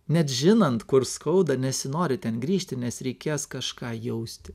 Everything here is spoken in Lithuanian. net žinant kur skauda nesinori ten grįžti nes reikės kažką jausti